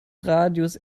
radius